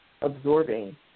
absorbing